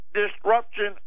disruption